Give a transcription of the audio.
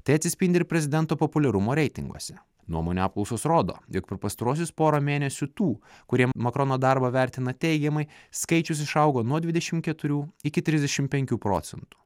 tai atsispindi ir prezidento populiarumo reitinguose nuomonių apklausos rodo jog per pastaruosius porą mėnesių tų kurie makrono darbą vertina teigiamai skaičius išaugo nuo dvidešimt keturių iki trisdešimt penkių procentų